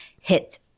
hit